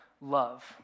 love